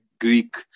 Greek